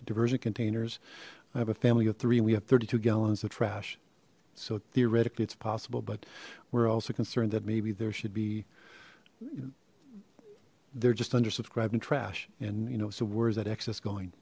diversion containers i have a family of three we have thirty two gallons of trash so theoretically it's possible but we're also concerned that maybe there should be there just under subscribed and trash and you know so where's that x is going